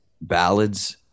ballads